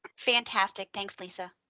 fantastic. thanks, lisa.